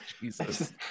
Jesus